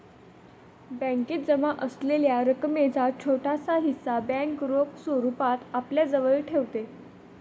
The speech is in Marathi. बॅकेत जमा असलेल्या रकमेचा छोटासा हिस्सा बँक रोख स्वरूपात आपल्याजवळ ठेवते